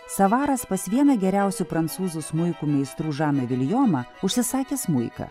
savaras pas vieną geriausių prancūzų smuikų meistrų žaną viljomą užsisakė smuiką